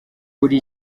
kuri